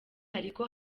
hariko